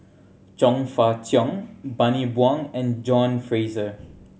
Chong Fah Cheong Bani Buang and John Fraser